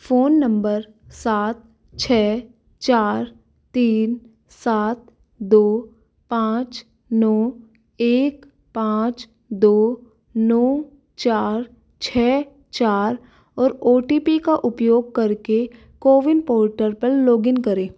phone number सात छः चार तीन सात दो पाँच नौ एक पाँच दो नौ चार छः चार और ओ टी पी का उपयोग करके कोविन पोर्टल पर लॉग इन करें